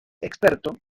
experto